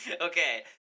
Okay